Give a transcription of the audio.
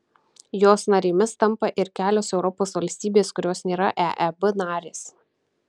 jos narėmis tampa ir kelios europos valstybės kurios nėra eeb narės